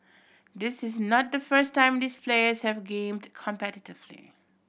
this is not the first time these players have gamed competitively